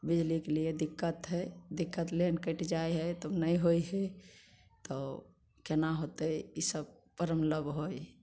बिजलीके लिए दिक्कत हइ दिक्कत लाइन कटि जाइ हइ तऽ नहि होइ हइ तऽ कोना होतै ईसब प्रॉब्लम होइ हइ